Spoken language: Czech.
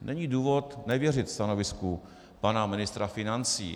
Není důvod nevěřit stanovisku pana ministra financí.